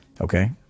okay